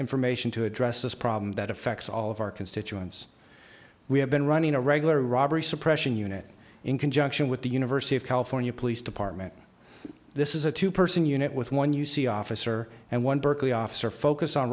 information to address this problem that affects all of our constituents we have been running a regular robbery suppression unit in conjunction with the university of california police department this is a two person unit with one you see officer and one berkeley officer focus on